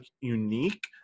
unique